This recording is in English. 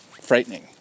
frightening